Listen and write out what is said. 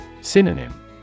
Synonym